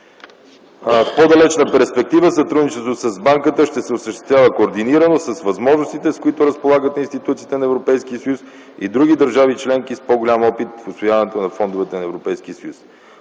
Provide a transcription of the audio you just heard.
В по-далечна перспектива сътрудничеството с Банката ще се осъществява координирано с възможностите, с които разполагат институциите на Европейския съюз и други държави членки с по-голям опит в усвояването на фондовете на Европейския съюз.